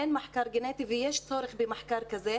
אין מחקר גנטי ויש צורך במחקר כזה,